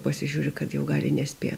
pasižiūri kad jau gali nespėt